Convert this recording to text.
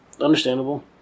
understandable